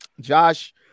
Josh